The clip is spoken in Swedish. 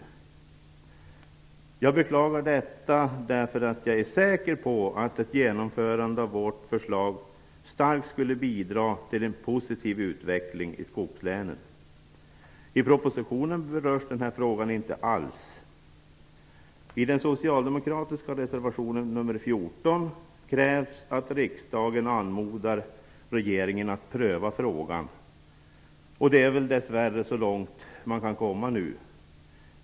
Jag beklagar detta, därför att jag är säker på att ett genomförande av vårt förslag starkt skulle bidra till en positiv utveckling i skogslänen. I propositionen berörs den här frågan inte alls. I den socialdemokratiska reservationen nr 14 krävs att riksdagen anmodar regeringen att pröva frågan. Det är väl dess värre så långt som man kan komma.